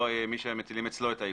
מי שמטילים אצלו את העיקול,